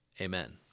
Amen